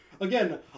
Again